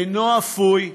אינו אפוי,